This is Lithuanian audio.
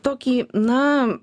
tokį na